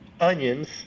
onions